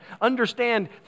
Understand